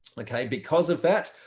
like ah because of that,